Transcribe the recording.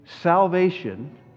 salvation